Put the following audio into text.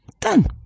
done